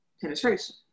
penetration